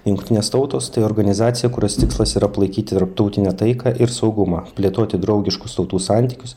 jungtinės tautos tai organizacija kurios tikslas yra palaikyti tarptautinę taiką ir saugumą plėtoti draugiškus tautų santykius